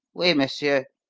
oui, monsieur,